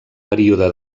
període